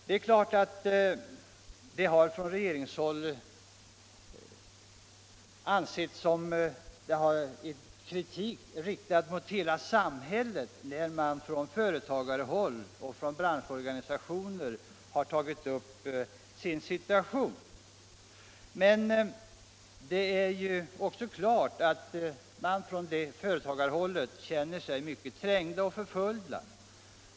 På regeringshåll har det uppfattats som kritik riktad mot hela samhället när man från företagarhåll och från olika branschorganisationer har tagit upp sin situation. Småföretagarna känner sig emellertid trängda och förföljda.